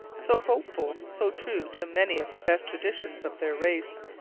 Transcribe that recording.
so hopeful, so true to many of the best traditions of their race.